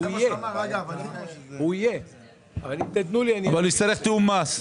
אבל הוא יצטרך תיאום מס.